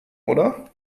oder